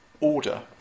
order